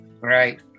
Right